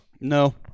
no